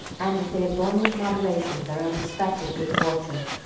and if they had borne with moderation their unexpected good fortune.